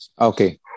Okay